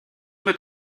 mit